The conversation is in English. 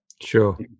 sure